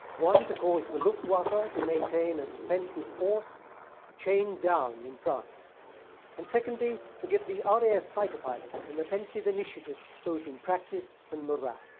one to cause the luftwaffe ah to maintain a defensive force chain down in france and secondly to give the fighter pilots an offensive initiative both in practice and morale.